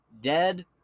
dead